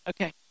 Okay